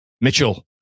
Mitchell